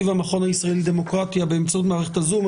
במכון הישראלי לדמוקרטיה באמצעות מערכת הזום,